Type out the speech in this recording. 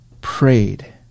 prayed